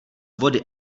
vody